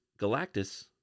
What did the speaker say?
Galactus